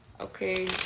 okay